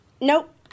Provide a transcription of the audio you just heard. Nope